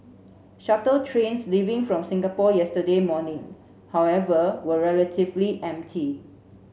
shuttle trains leaving from Singapore yesterday morning however were relatively empty